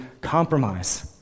compromise